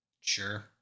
Sure